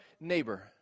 neighbor